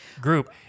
group